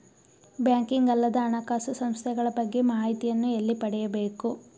Banking ಅಲ್ಲದ ಹಣಕಾಸು ಸಂಸ್ಥೆಗಳ ಬಗ್ಗೆ ಮಾಹಿತಿಯನ್ನು ಎಲ್ಲಿ ಪಡೆಯಬೇಕು?